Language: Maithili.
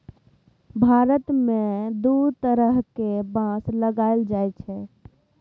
भारत मे दु तरहक बाँस लगाएल जाइ छै